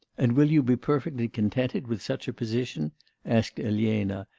and will you be perfectly contented with such a position asked elena,